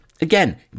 again